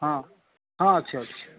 ହଁ ହଁ ଅଛି ଅଛି